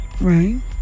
Right